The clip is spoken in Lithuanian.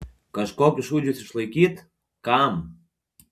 kažkokius šūdžius išlaikyt kam